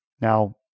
Now